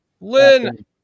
Lynn